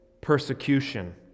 persecution